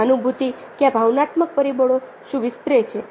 સહાનુભૂતિ ક્યાં ભાવનાત્મક પરિબળો શું વિસ્તરે છે